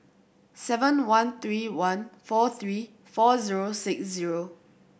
seven one three one four three four zero six zero